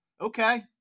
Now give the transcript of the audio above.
okay